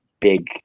big